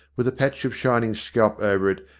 with a patch of shining scalp over it,